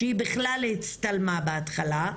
שהיא בכלל הצטלמה מלכתחילה,